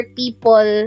people